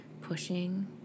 pushing